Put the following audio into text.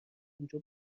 اونجا